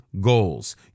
goals